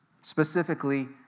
specifically